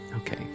Okay